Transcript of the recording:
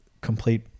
complete